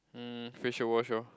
um facial wash hor